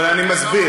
אבל אני מסביר.